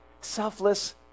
selfless